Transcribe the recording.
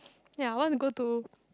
ya I want to go to